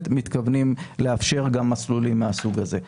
מתכוונים לאפשר גם מסלולים מהסוג הזה.